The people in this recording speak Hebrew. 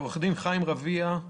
עורך דין חיים רביה,